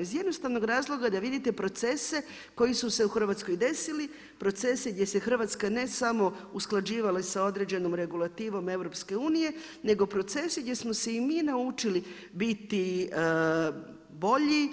Iz jednostavnog razloga da vidite procese koji su se u Hrvatskoj desili, procese gdje se Hrvatska ne samo usklađivala sa određenom regulativom EU, nego procesi gdje smo se i mi naučili biti bolji,